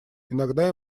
иногда